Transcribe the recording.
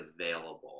available